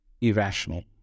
irrational